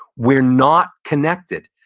we're not connected.